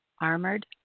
Armored